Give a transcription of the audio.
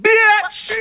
Bitch